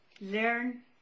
learn